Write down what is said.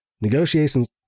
negotiations